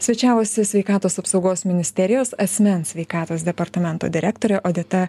svečiavosi sveikatos apsaugos ministerijos asmens sveikatos departamento direktorė odeta